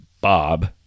Bob